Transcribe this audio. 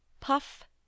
Puff